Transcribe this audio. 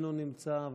איננו נמצא,